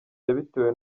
yabitewe